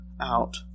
out